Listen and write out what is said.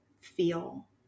feel